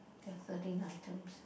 there are thirteen items